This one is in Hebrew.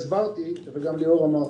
הסברתי, וגם ליאור אמר קודם,